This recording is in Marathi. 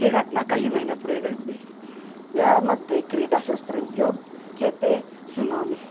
ही घटना काही महिन्यापूर्वी घडली यामध्ये क्रीडाशास्त्र योग्य ते सुनावणी